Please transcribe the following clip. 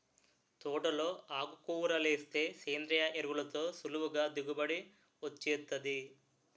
తోటలో ఆకుకూరలేస్తే సేంద్రియ ఎరువులతో సులువుగా దిగుబడి వొచ్చేత్తాది